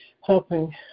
helping